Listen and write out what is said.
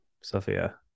Sophia